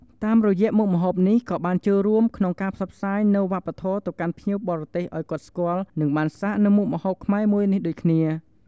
តាមរយៈមុខម្ហូបនេះ ក៏បានចូលរួមក្នុងការផ្សព្វផ្សាយនូវរប្បធម៌ទៅកាន់ភ្ញៀវបរទេសឲ្យគាត់ស្គាល់និងបានសាកនៅមុខម្ហូបខ្មែរមួយនេះដូចគ្នា។